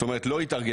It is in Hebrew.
זאת אומרת לא התארגנות,